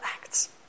acts